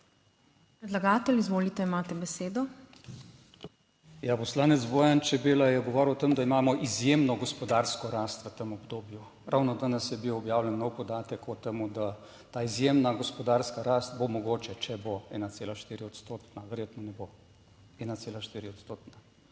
Predlagatelj, izvolite, imate besedo. **ZVONKO ČERNAČ (PS SDS):** Ja, poslanec Bojan Čebela je govoril o tem, da imamo izjemno gospodarsko rast v tem obdobju. Ravno danes je bil objavljen nov podatek o tem, da ta izjemna gospodarska rast bo mogoče, če bo 1,4 odstotna, verjetno ne bo. 1,4 odstotna.